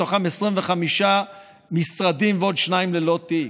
מתוכם 25 משרדים ועוד שניים ללא תיק.